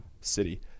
city